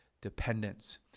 dependence